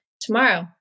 tomorrow